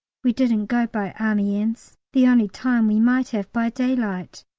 we didn't go by amiens the only time we might have, by daylight.